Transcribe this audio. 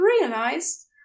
realized